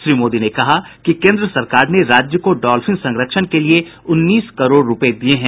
श्री मोदी ने कहा कि केन्द्र सरकार ने राज्य को डॉल्फिन संरक्षण के लिए उन्नीस करोड़ रुपये दिये हैं